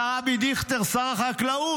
השר אבי דיכטר, שר החקלאות,